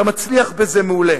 אתה מצליח בזה מעולה,